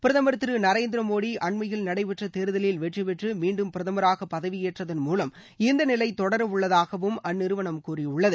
பிரதமர் திரு நரேந்திர மோதி அண்மையில் நடைபெற்ற தேர்தலில் வெற்றி பெற்று மீண்டும் பிரதமராக பதவியேற்றதன் மூலம் இந்த நிலை தொடரவுள்ளதாகவும் அந்நிறுவனம் கூறியுள்ளது